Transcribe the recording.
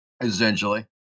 Essentially